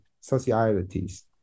societies